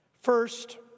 First